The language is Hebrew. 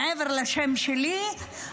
מעבר לשם שלי,